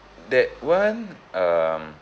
that [one] um